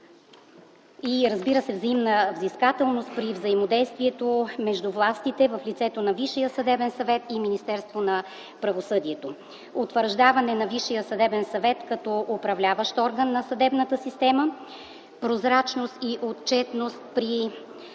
и прозрачност и взаимна взискателност при взаимодействието между властите в лицето на Висшия съдебен съвет и Министерството на правосъдието; утвърждаване на Висшия съдебен съвет като управляващ орган на съдебната система; прозрачност и отчетност при кадровата